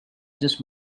just